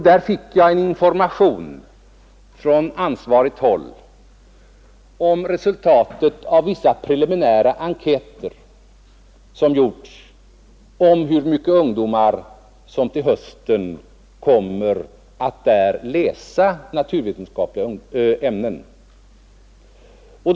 Där fick jag en information från ansvarigt håll om resultatet av vissa preliminära enkäter som gjorts om hur många ungdomar som till hösten kommer att läsa naturvetenskapliga ämnen där.